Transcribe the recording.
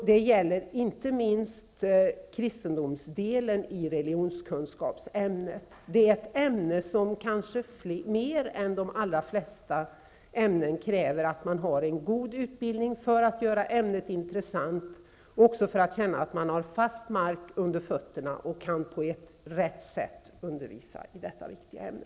Det gäller inte minst kristendomsdelen i religionskunskapsämnet -- det ämne som kanske mer än de flesta andra ämnen kräver att man har en god utbildning för att kunna göra ämnet intressant och för att känna att man har fast mark under fötterna, så att man på rätt sätt kan undervisa i detta viktiga ämne.